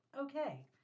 Okay